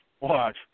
watch